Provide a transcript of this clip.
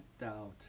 doubt